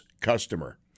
customer